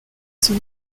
son